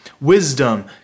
Wisdom